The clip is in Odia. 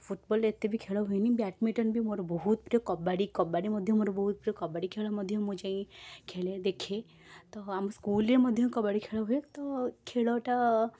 ଫୁଟବଲ୍ ଏତେ ବି ଖେଳ ହୁଏନି ବ୍ୟାଡ଼ମିଣ୍ଟନ୍ ବି ମୋର ବହୁତ ପ୍ରିୟ କବାଡ଼ି କବାଡ଼ି ବି ମୋର ବହୁତ ପ୍ରିୟ କବାଡ଼ି ଖେଳ ମଧ୍ୟ ମୁଁ ଯାଏ ଖେଳେ ଦେଖେ ତ ଆମ ସ୍କୁଲରେ ମଧ୍ୟ କବାଡ଼ି ଖେଳ ହୁଏ ତ ଖେଳଟା